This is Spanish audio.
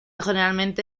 generalmente